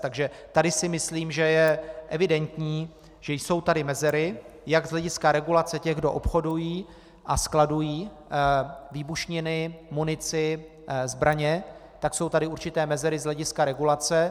Takže tady si myslím, že je evidentní, že tu jsou mezery jak z hlediska regulace těch, kdo obchodují a skladují výbušniny, munici, zbraně, tak jsou tu určité mezery z hlediska regulace.